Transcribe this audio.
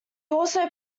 also